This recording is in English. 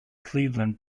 cleveland